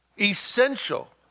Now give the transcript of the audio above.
essential